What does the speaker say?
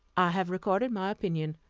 i have recorded my opinion.